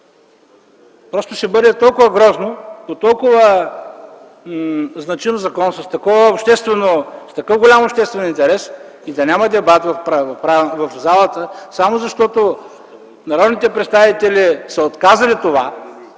Просто ще бъде толкова грозно по толкова значим закон с такъв голям обществен интерес да няма дебат в залата, само защото народните представители са отказали това,